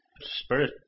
Spirit